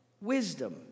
Wisdom